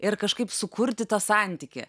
ir kažkaip sukurti tą santykį